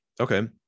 okay